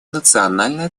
национальная